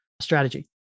strategy